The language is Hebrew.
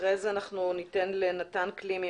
אחרי זה ידבר נתן קלימי,